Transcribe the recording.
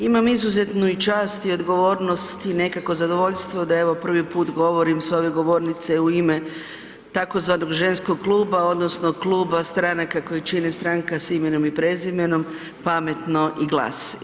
Imam izuzetnu i čast i odgovornost i nekakvo zadovoljstvo da evo prvi put govorim s ove govornice u ime tzv. ženskog kluba odnosno kluba stranaka koje čine Stranka s imenom i prezimenom, Pametno i GLAS.